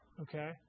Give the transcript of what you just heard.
okay